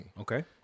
Okay